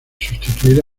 sustituir